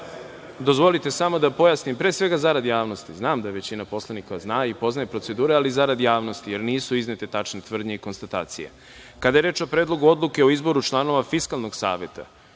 predsednik UNS.Pre svega je zarad javnosti. Znam da većina poslanika zna i poznaje procedure, ali zarad javnosti, jer nisu iznete tačne tvrdnje i konstatacije. Kada je reč o Predlogu odluke o izboru članova Fiskalnog saveta,